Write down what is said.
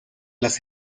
las